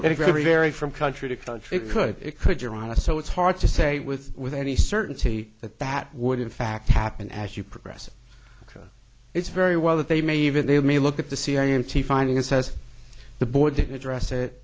are very very very from country to country could it could you're on a so it's hard to say with with any certainty that that would in fact happen as you progress because it's very well that they may even they may look at the cia empty finding it says the boy didn't address it